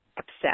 upset